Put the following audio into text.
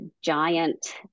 giant